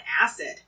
acid